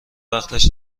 وقتش